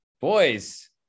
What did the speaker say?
boys